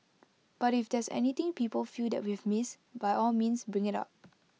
but if there's anything people feel that we've missed by all means bring IT up